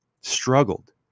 struggled